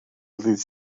ddydd